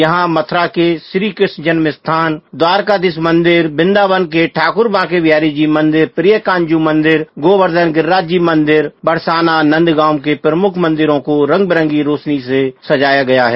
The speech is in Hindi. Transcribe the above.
यहाँ मथुरा के श्रीकृष्ण जन्मस्थान द्वारिकाधीश मंदिर वृन्दाबन ठाकुर बांकेबिहारीजी मंदिर प्रियकांतजू मंदिर गोवेर्धन गिरिराज जी मंदिर बरसाना नंदगांव के प्रमुख मंदिरों को रंगबिरंगी रौशनी से जगमग है